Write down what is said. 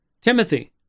Timothy